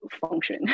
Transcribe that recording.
function